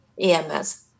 EMS